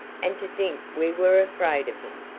and to think we were afraid of him!